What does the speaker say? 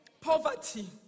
Poverty